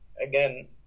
again